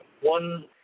one